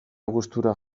gustura